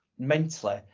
mentally